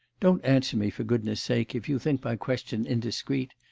don't answer me for goodness sake, if you think my question indiscreet,